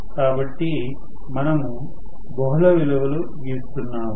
కాబట్టి మనము బహుళ విలువలు గీస్తున్నాము